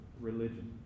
religion